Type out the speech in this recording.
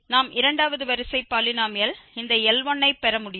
நாம் இரண்டாவது வரிசை பாலினோமியல் இந்த L1 ஐ பெற முடியும்